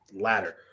ladder